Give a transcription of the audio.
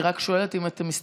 אני רק שואלת אם אתם,